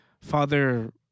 Father